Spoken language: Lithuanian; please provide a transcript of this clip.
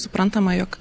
suprantama jog